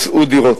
מצאו דירות.